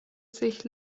sich